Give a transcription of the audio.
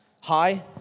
Hi